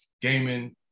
gaming